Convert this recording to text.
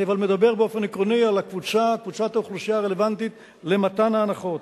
אבל אני מדבר באופן עקרוני על קבוצת האוכלוסייה הרלוונטית למתן ההנחות.